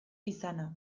izana